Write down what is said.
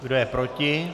Kdo je proti?